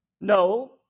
no